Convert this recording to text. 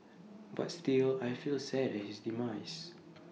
but still I feel sad at his demise